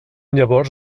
llavors